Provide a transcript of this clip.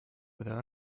without